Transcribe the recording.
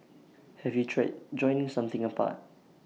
have you tried joining something apart